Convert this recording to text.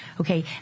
Okay